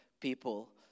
people